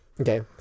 Okay